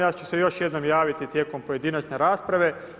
Ja ću se još jednom javiti tijekom pojedinačne rasprave.